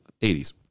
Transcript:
80s